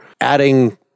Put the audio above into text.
adding